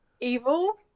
evil